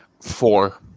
Four